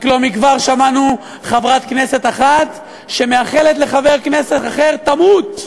רק לא מכבר שמענו חברת כנסת אחת שמאחלת לחבר כנסת אחר: תמות.